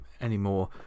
anymore